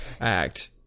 act